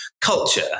culture